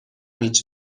هیچ